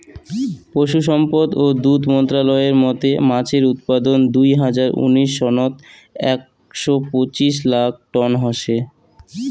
পশুসম্পদ ও দুধ মন্ত্রালয়ের মতে মাছের উৎপাদন দুই হাজার উনিশ সনত একশ পঁচিশ লাখ টন হসে